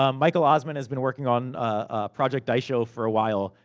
um michael ossmann has been working on ah project daisho for a while.